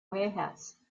warehouse